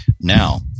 Now